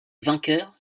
vainqueur